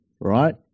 right